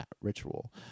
ritual